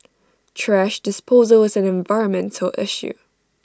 thrash disposal is an environmental issue